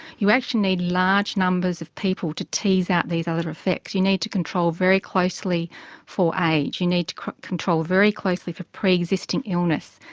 you actually need large numbers of people to tease out these other effects. you need to control very closely for age, you need to control very closely for pre-existing illness.